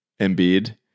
Embiid